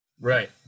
Right